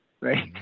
Right